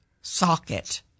socket